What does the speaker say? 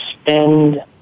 spend